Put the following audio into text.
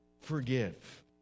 forgive